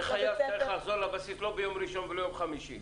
וחייל לא יכול לחזור לבסיס לא ביום ראשון ולא ביום חמישי.